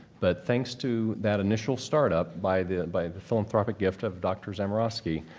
but thanks to that initial start-up by the by the philanthropic gift of dr. zamierowski,